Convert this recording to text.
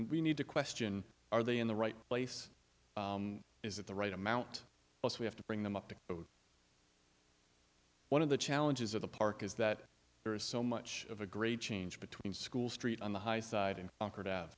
we need to question are they in the right place is it the right amount plus we have to bring them up to one of the challenges of the park is that there is so much of a great change between school street on the high side and